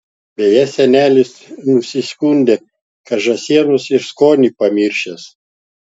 beje senelis nusiskundė kad žąsienos ir skonį pamiršęs